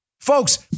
Folks